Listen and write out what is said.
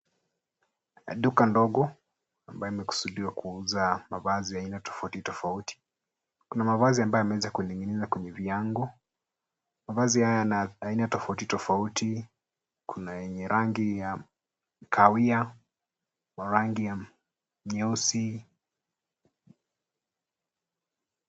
Duka dogo ambayo imekusudiwa kuuza mavazi aina tofauti tofauti. Kuna mavazi ambayo yameweza kuning'inizwa kwenye viango. Mavazi haya aina tofauti tofauti, kuna rangi ya kahawia, kuna rangi ya nyeusi.